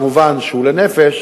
מובן שהוא לנפש